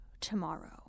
tomorrow